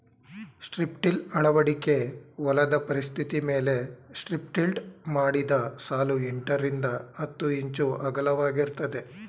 strip till ಅಳವಡಿಕೆ ಹೊಲದ ಪರಿಸ್ಥಿತಿಮೇಲೆ ಸ್ಟ್ರಿಪ್ಟಿಲ್ಡ್ ಮಾಡಿದ ಸಾಲು ಎಂಟರಿಂದ ಹತ್ತು ಇಂಚು ಅಗಲವಾಗಿರ್ತದೆ